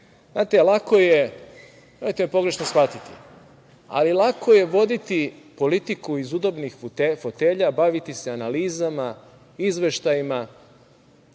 mogli čuti. Nemojte me pogrešno shvatiti, ali, lako je voditi politiku iz udobnih fotelja, baviti se analizama, izveštajima,